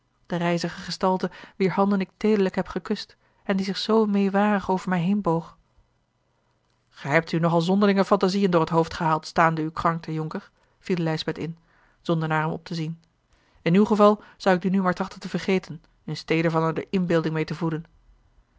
de rijzige gestalte wier handen ik teederlijk heb gekust en die zich zoo meêwarig over mij heenboog gij hebt u nogal zonderlinge phantasieën door het hoofd gehaald staande uwe krankte jonker viel lijsbeth in zonder naar hem op te zien in uw geval zou ik die nu maar trachten te vergeten in stede van er de inbeelding meê te voeden